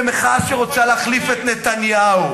זו מחאה שרוצה להחליף את נתניהו.